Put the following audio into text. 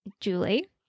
Julie